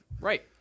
Right